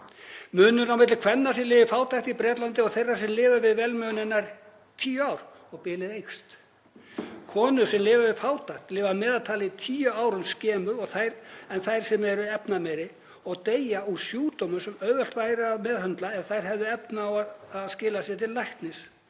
Munurinn á milli kvenna sem lifa við fátækt í Bretlandi og þeirra sem lifa við velmegun er tíu ár og bilið eykst. Konur sem lifa við fátækt lifa að meðaltali tíu árum skemur en þær sem eru efnameiri og deyja úr sjúkdómum sem auðvelt væri að meðhöndla ef þær hefðu efni á að skila sér til læknis,